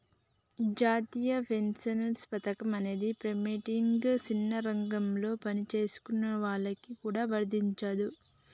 జాతీయ పెన్షన్ పథకం అనేది ప్రైవేటుగా సిన్న రంగాలలో పనిచేసుకునేటోళ్ళకి గూడా వర్తించదు